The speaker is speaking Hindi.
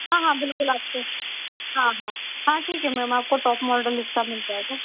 हाँ हाँ बिल्कुल आप को हाँ हाँ हाँ ठीक है मैम आपको टॉप मॉडल इसका मिल जायेगा